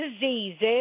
diseases